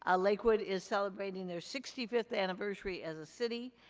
ah lakewood is celebrating their sixty fifth anniversary as a city,